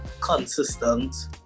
consistent